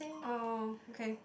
oh okay